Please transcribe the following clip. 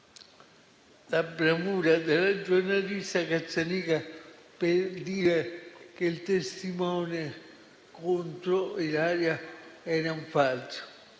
la bravura della giornalista Cazzaniga per dire che il testimone contro Ilaria era un falso.